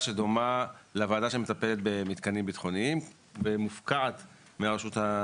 שדומה לוועדה שמטפלת במתקנים ביטחוניים ומופקעת מהרשות,